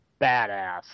badass